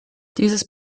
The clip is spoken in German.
dieses